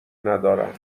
ندارم